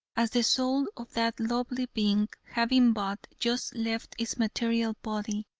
as the soul of that lovely being, having but just left its material body,